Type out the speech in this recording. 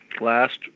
last